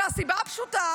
מהסיבה הפשוטה